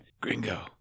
gringo